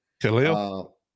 Khalil